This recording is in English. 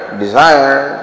desire